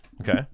Okay